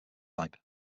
type